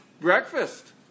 breakfast